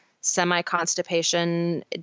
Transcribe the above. semi-constipation